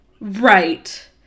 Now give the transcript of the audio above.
Right